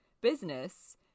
business